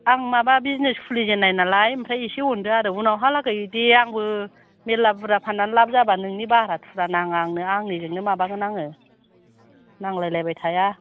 आं माबा बिजिनेस खुलिजेन्नाय नालाय ओमफ्राय एसे अनदो आरो उनाव हालागै दे आंबो मेरला बुरजा फान्ना लाब जाबा नोंनि भारा तारा नाङा आंनो आंनिजोंनो माबागोन आङो नांलायलायबाय थाया